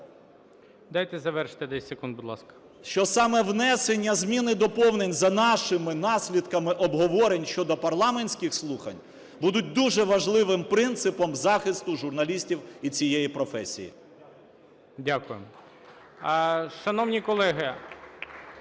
Дайте завершити, будь ласка. СОБОЛЄВ С.В. …що саме внесення змін і доповнень за нашими наслідками обговорень щодо парламентських слухань будуть дуже важливим принципом захисту журналістів і цієї професії. ГОЛОВУЮЧИЙ. Дякую. Шановні колеги…